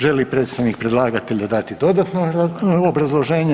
Želi li predstavnik predlagatelja dati dodatno obrazloženje?